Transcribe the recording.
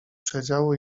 przedziału